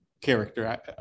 character